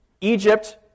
Egypt